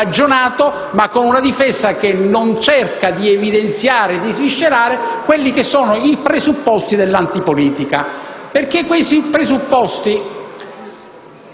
di ragionato e che non cerca di evidenziare e sviscerare quelli che sono i presupposti dell'antipolitica. E perché questi presupposti